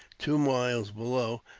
two miles below,